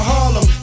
Harlem